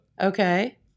Okay